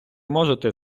можете